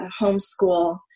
homeschool